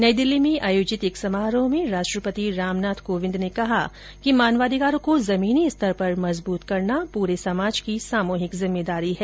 नई दिल्ली में आयोजित एक समारोह में राष्ट्रपति रामनाथ कोविंद ने कहा कि मानवाधिकारों को जमीनी स्तर पर मजबूत करना पूरे समाज की सामूहिक जिम्मेदारी है